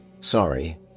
sorry